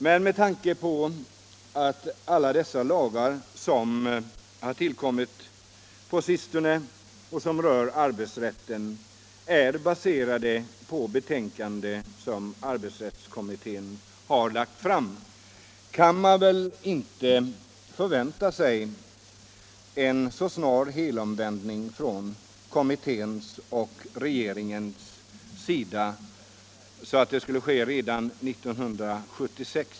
Men med tanke på att alla de på sistone tillkomna lagar som berör arbetsrätten är baserade på de betänkanden som arbetsrättskommittén framlagt kan man väl inte förvänta sig någon helomvändning från kommittén och regeringen redan 1976.